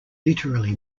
literally